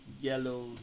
yellow